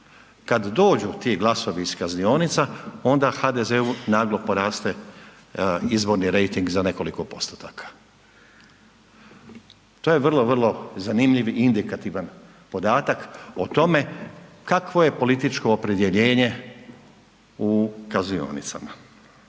kada dođu ti glasovi iz kaznionica onda HDZ-u naglo poraste izborni rejting za nekoliko postotaka. To je vrlo, vrlo zanimljiv i indikativan podatak o tome kakvo je političko opredjeljenje u kaznionicama.